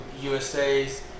USA's